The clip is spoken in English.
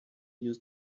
use